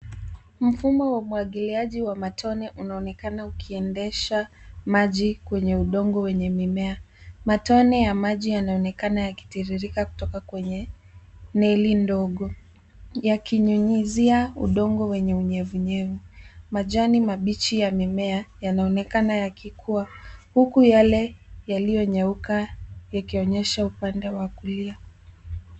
Mfumo wa umwagiliaji wa matone unaonekana ukiendesha maji kwenye udongo wenye mimea. Matone ya maji yanaonekana yakitiririka kutoka kwenye neli ndogo yakinyunyiza udongo wenye unyevu nyevu. Majani mabichi ya mimea yanaonekana ya kikuwa, huku yale yalionyeuka yakionyesha upande ya kulia.